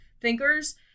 thinkers